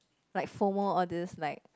like formal all this like